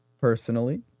Personally